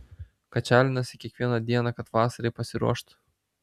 kačialinasi kiekvieną dieną kad vasarai pasiruoštų